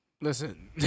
Listen